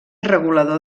regulador